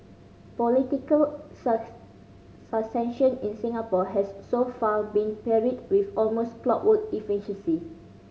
political in Singapore has so far been carried with almost clockwork efficiency